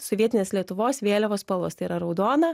sovietinės lietuvos vėliavos spalvos tai yra raudona